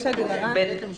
הגדרה של